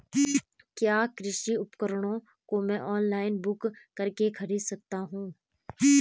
क्या कृषि उपकरणों को मैं ऑनलाइन बुक करके खरीद सकता हूँ?